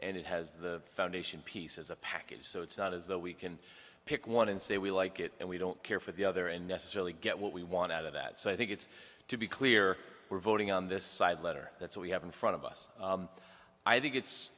and it has the foundation piece as a package so it's not as though we can pick one and say we like it and we don't care for the other and necessarily get what we want out of that so i think it's to be clear we're voting on this side letter that's what we have in front of us i think it's